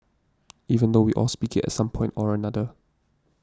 even though we all speak it at some point or another